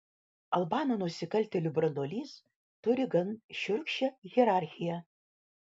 albanų nusikaltėlių branduolys turi gan šiurkščią hierarchiją